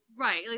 Right